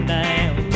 down